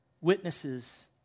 witnesses